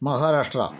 Maharashtra